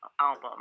album